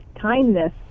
kindness